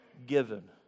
given